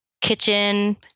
kitchen